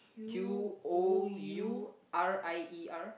Q O U R I E R